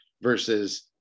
versus